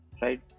right